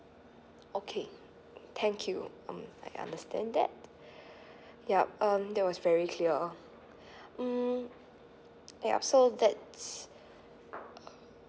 okay thank you um I understand that yup um there was very clear mm yup so that's